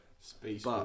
Space